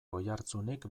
oihartzunik